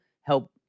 help